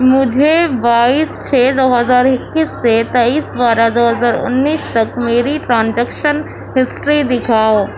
مجھے بائیس چھ دو ہزار اکیس سے تیئیس بارہ دو ہزار انیس تک میری ٹرانجیکشن ہسٹری دکھاؤ